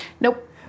Nope